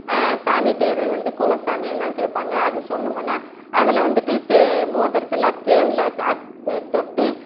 சாமி பேர் வந்து குலசாமி எல்லாம் கேட்பாங்க அது சொன்னோமுன்னால் அதில் வந்துட்டு தே மோதரத்தில் தேன்ல அத் தொட்டு